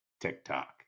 tiktok